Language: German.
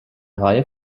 reihe